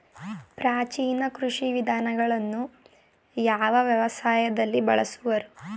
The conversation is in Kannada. ಪ್ರಾಚೀನ ಕೃಷಿ ವಿಧಾನಗಳನ್ನು ಯಾವ ವ್ಯವಸಾಯದಲ್ಲಿ ಬಳಸುವರು?